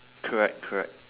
correct correct